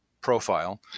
profile